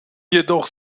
jedoch